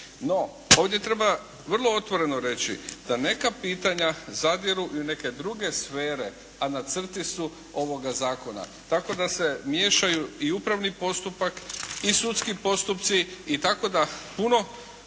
ovdje treba vrlo otvoreno reći, da neka pitanja zadiru i u neke druge sfere a na crti su ovoga zakona. Tako da se miješaju i upravni postupak i sudski postupci i tako da puno